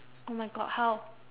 oh my god how